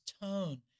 tone